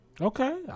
Okay